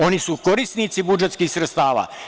Oni su korisnici budžetskih sredstava.